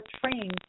trained